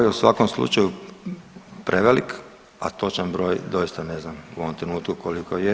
Broj u svakom slučaju prevelik, a točan broj doista ne znam u ovom trenutku koliko je.